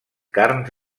carns